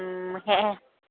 হে